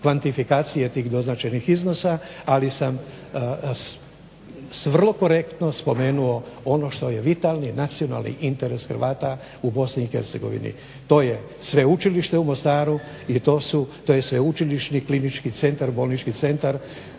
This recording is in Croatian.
kvantifikacije tih doznačenih iznosa ali sam vrlo korektno spomenuo ono što je vitalni, nacionalni interes Hrvata u BiH. To je Sveučilište u Mostaru i to je sveučilišni klinički centar, bolnički centar,